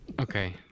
Okay